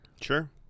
Sure